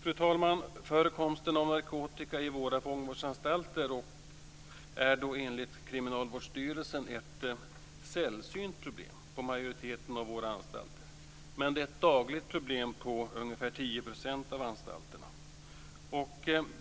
Fru talman! Förekomsten av narkotika vid majoriteten av våra fångvårdsanstalter är enligt Kriminalvårdsstyrelsen ett sällsynt problem. Det är ett dagligt problem på ca 10 % av anstalterna.